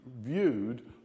viewed